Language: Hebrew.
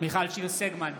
מיכל שיר סגמן,